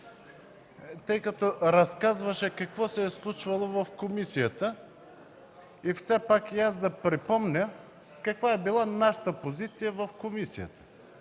Тъй като разказваше какво се е случвало в комисията, все пак и аз да припомня каква е била позицията ни в комисията